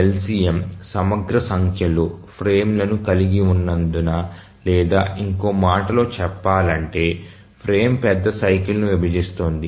LCM సమగ్ర సంఖ్యలో ఫ్రేమ్లను కలిగి ఉన్నందున లేదా ఇంకో మాటలో చెప్పాలంటే ఫ్రేమ్ పెద్ద సైకిల్ ను విభజిస్తుంది